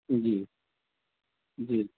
جی جی